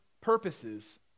purposes